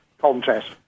contest